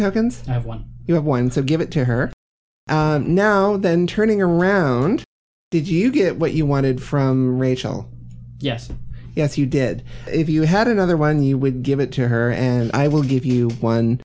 tokens i have one you have one to give it to her now and then turning around did you get what you wanted from rachel yes yes you did if you had another one you would give it to her and i will give you